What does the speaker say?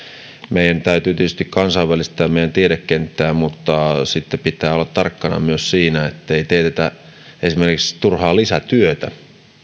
meidän täytyy tietysti kansainvälistää meidän tiedekenttäämme mutta sitten pitää olla tarkkana myös siinä ettei esimerkiksi teetetä turhaa lisätyötä